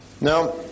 Now